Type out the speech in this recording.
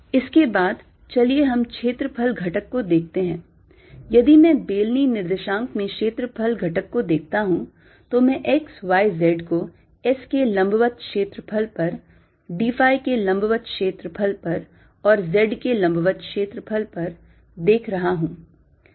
इसके बाद चलिए हम क्षेत्रफल घटक को देखते हैं यदि मैं बेलनी निर्देशांक में क्षेत्रफल घटक को देखता हूं तो मैं x y z को S के लंबवत क्षेत्रफल पर phi के लंबवत क्षेत्रफल पर और Z के लंबवत क्षेत्रफल पर देख रहा हूं